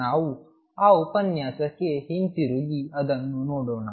ನಾವು ಆ ಉಪನ್ಯಾಸಕ್ಕೆ ಹಿಂತಿರುಗಿ ಅದನ್ನು ನೋಡೋಣ